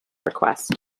request